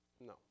no